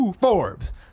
Forbes